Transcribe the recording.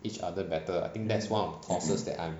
each other better I think that's one of the causes that I'm